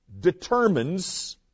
determines